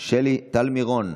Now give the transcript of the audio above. שלי טל מירון?